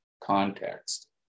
context